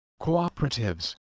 cooperatives